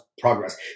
progress